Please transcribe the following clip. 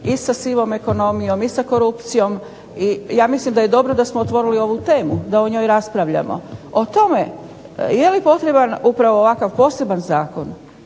i sa sivom ekonomijom i sa korupcijom i ja mislim da je dobro da smo otvorili ovu temu, da o njoj raspravljamo. O tome je li potreban upravo ovakav poseban zakon,